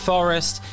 Forest